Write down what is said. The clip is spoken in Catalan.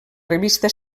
revista